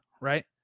right